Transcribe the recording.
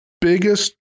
biggest